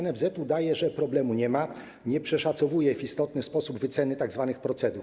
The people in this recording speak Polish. NFZ udaje, że problemu nie ma, nie przeszacowuje w istotny sposób wyceny tzw. procedur.